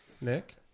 Nick